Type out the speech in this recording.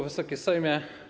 Wysoki Sejmie!